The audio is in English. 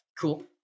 Cool